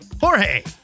Jorge